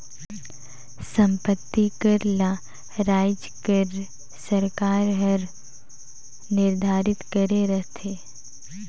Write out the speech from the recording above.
संपत्ति कर ल राएज कर सरकार हर निरधारित करे रहथे